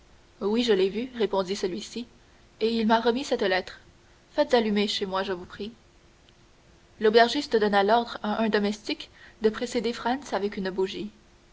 oui je l'ai vu répondit celui-ci et il m'a remis cette lettre faites allumer chez moi je vous prie l'aubergiste donna l'ordre à un domestique de précéder franz avec une bougie